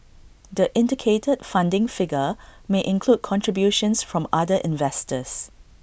the indicated funding figure may include contributions from other investors